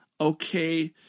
okay